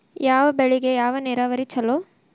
ಯಾವ ಬೆಳಿಗೆ ಯಾವ ನೇರಾವರಿ ಛಲೋ?